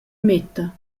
metta